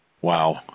wow